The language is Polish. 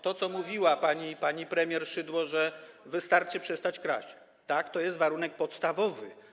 To, co mówiła pani premier Szydło, że wystarczy przestać kraść, to jest warunek podstawowy.